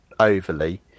overly